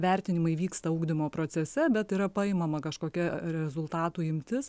vertinimai vyksta ugdymo procese bet yra paimama kažkokia rezultatų imtis